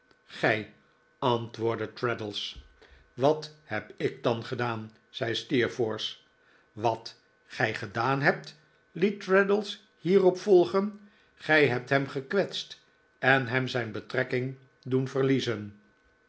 gij antwoordde traddles wat heb ik dan gedaan zei steerforth wat gij gedaan hebt liet traddles hierop volgen gij hebt hem gekwetst en hem zijn betrekking doen verliezen